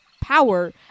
power